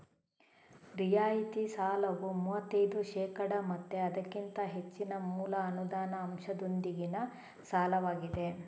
ರಿಯಾಯಿತಿ ಸಾಲವು ಮೂವತ್ತೈದು ಶೇಕಡಾ ಮತ್ತೆ ಅದಕ್ಕಿಂತ ಹೆಚ್ಚಿನ ಮೂಲ ಅನುದಾನ ಅಂಶದೊಂದಿಗಿನ ಸಾಲವಾಗಿದೆ